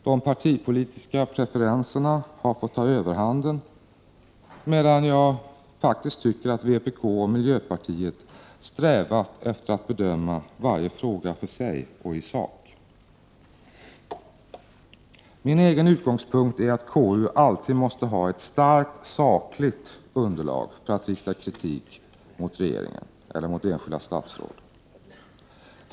De partipolitiska preferenserna har fått ta överhanden, medan vpk och miljöpartiet strävat efter att bedöma varje fråga för sig och i sak. Min egen utgångspunkt är att konstitutionsutskottet alltid måste ha ett starkt sakligt underlag för att rikta kritik mot regeringen eller mot enskilda statsråd.